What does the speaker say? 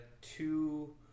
two